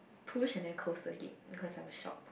push and then close the gate because I was shocked